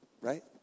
right